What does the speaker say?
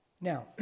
Now